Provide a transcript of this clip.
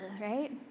right